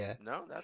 no